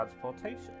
transportation